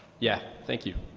yeah, thank you.